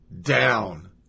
down